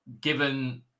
given